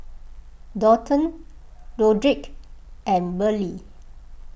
Daulton Rodrick and Burley